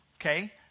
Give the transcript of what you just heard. okay